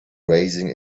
raising